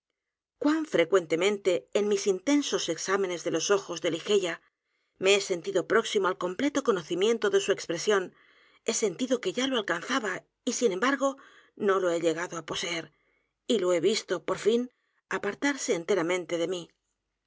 cuan frecuentemente en mis intensos exámenes de los ojos de ligeia me he sentido próximo al completo conoci miento de su expresión he sentido que ya lo alcanzaba y sin embargo no lo he llegado ó poseer y lo he visto por fin apartarse enteramente de m